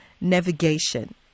navigation